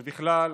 ובכלל,